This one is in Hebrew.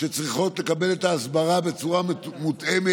שצריכות לקבל את ההסברה בצורה מותאמת.